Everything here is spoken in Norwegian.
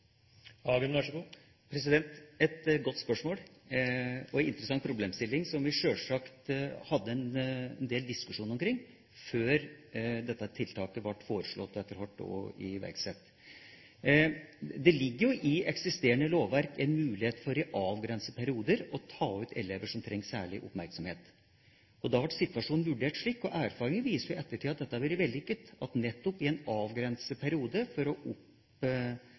et godt spørsmål og en interessant problemstilling, som vi sjølsagt hadde en del diskusjon omkring før dette tiltaket ble foreslått – og etter hvert også iverksatt. Det ligger i eksisterende lovverk en mulighet for, i avgrensede perioder, å ta ut elever som trenger særlig oppmerksomhet – og da ble situasjonen vurdert slik. Erfaringer viser i ettertid at dette har vært vellykket. I en avgrenset periode, for å